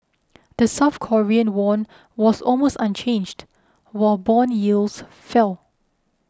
the South Korean won was almost unchanged while bond yields fell